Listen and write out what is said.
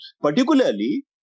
particularly